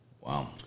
Wow